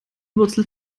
wurzel